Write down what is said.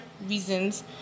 reasons